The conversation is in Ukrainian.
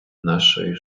нашої